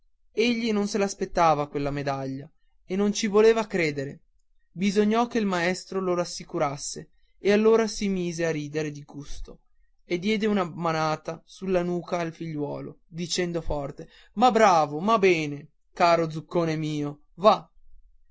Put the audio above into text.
egli non se l'aspettava quella medaglia e non ci voleva credere bisognò che il maestro lo assicurasse e allora si mise a ridere di gusto e diede una manata sulla nuca al figliuolo dicendo forte ma bravo ma bene caro zuccone mio va